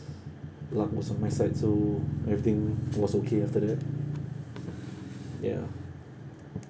luck was on my side so everything was okay after that ya